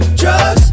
drugs